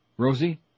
Rosie